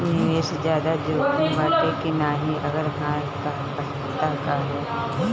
निवेस ज्यादा जोकिम बाटे कि नाहीं अगर हा तह काहे?